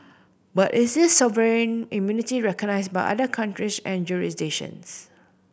but is this sovereign immunity recognised by other countries and jurisdictions